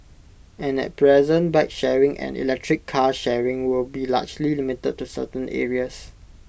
and at present bike sharing and electric car sharing with be largely limited to certain areas